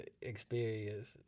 experience